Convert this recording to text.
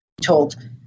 told